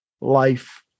life